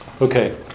Okay